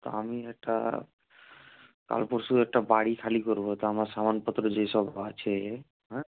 তো আমি একটা কাল পরশু একটা বাড়ি খালি করব তো আমার সামানপত্র যেসব আছে হ্যাঁ